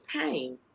pain